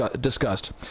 discussed